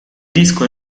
disco